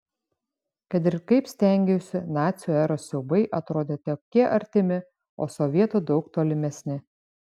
kad ir kaip stengiausi nacių eros siaubai atrodė tokie artimi o sovietų daug tolimesni